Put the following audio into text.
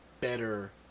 better